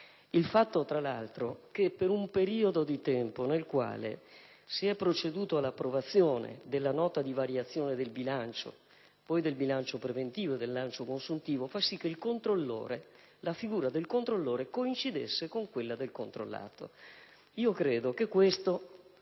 Il fatto, tra l'altro, che nel frattempo si sia proceduto all'approvazione della nota di variazione del bilancio, poi del bilancio preventivo e del bilancio consuntivo, ha fatto sì che la figura del controllore coincidesse con quella del controllato. Credo che questo